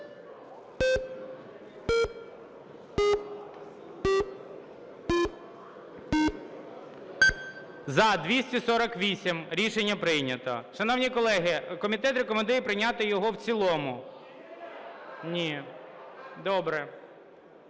За-248 Рішення прийнято. Шановні колеги, комітет рекомендує прийняти його в цілому. (Шум